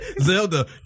Zelda